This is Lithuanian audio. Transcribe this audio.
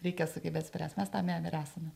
reikia sugebėt spręs mes tam ir esame